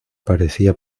parecía